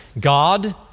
God